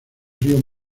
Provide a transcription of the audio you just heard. río